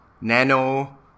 Nano